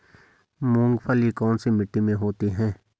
मूंगफली कौन सी मिट्टी में होती है?